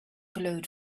glowed